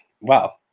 Wow